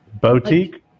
Boutique